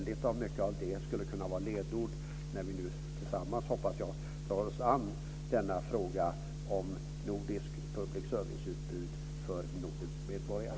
Detta skulle kunna vara ledord när vi nu, som jag hoppas, tillsammans tar oss an frågan om public service-utbud för Nordens medborgare.